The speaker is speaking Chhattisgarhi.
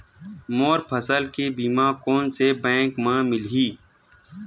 मोर फसल के बीमा कोन से बैंक म मिलही?